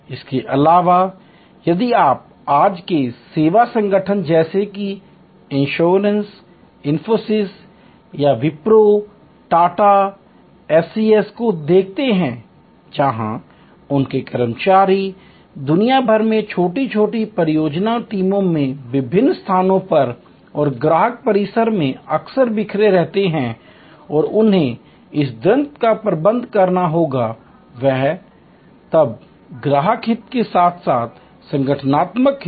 इसके अलावा यदि आप आज के सेवा संगठन जैसे कि इन्फोसिस या विप्रो या टाटा टीसीएस को देखते हैं जहां उनके कर्मचारी दुनिया भर में छोटी छोटी परियोजना टीमों में विभिन्न स्थानों पर और ग्राहक परिसर में अक्सर बिखरे रहते हैं और उन्हें इस द्वंद्व का प्रबंधन करना होगा तब ग्राहक हित के साथ साथ संगठनात्मक हित